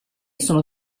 sono